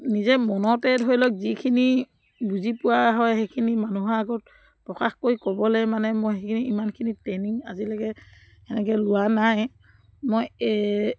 নিজে মনতে ধৰি লওক যিখিনি বুজি পোৱা হয় সেইখিনি মানুহৰ আগত প্ৰকাশ কৰি ক'বলৈ মানে মই সেইখিনি ইমানখিনি ট্ৰেইনিং আজিলৈকে সেনেকৈ লোৱা নাই মই